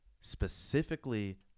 specifically